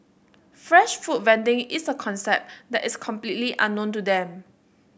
fresh food vending is a concept that is completely unknown to them